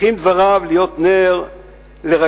צריכים להיות דבריו נר לרגלינו,